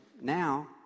Now